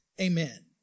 Amen